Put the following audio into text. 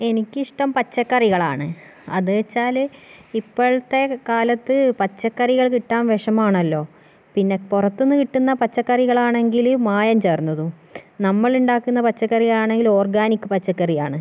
എനിക്കിഷ്ടം പച്ചക്കറികളാണ് അത് വെച്ചാല് ഇപ്പോഴത്തെ കാലത്ത് പച്ചക്കറികൾ കിട്ടാൻ വിഷമാണല്ലോ പിന്നെ പുറത്ത് നിന്ന് കിട്ടുന്ന പച്ചക്കറികളാണെങ്കില് മായം ചേർന്നതും നമ്മള് ഉണ്ടാക്കുന്ന പച്ചക്കറി ആണെങ്കില് ഓർഗാനിക് പച്ചക്കറിയാണ്